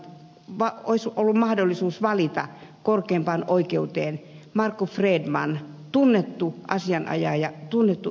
mä olisi ollut mahdollisuus valita korkeimpaan oikeuteen markku fredman tunnettu asianajaja tunnettu ihmisoikeusjuristi